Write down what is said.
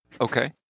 Okay